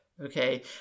okay